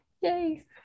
Yay